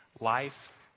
life